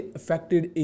affected